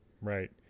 Right